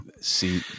See